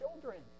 children